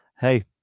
Hey